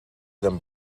them